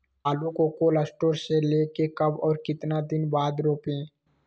आलु को cold store से ले के कब और कितना दिन बाद रोपे?